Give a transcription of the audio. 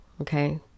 okay